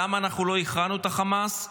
למה לא הכרענו את החמאס,